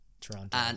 Toronto